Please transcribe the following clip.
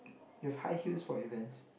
you have high heels for events